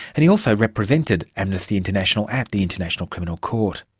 and he also represented amnesty international at the international criminal court.